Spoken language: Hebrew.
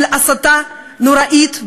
של הסתה נוראית.